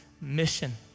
mission